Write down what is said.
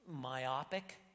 myopic